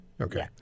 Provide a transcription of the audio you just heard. Okay